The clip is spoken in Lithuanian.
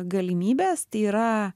galimybės tai yra